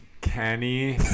Kenny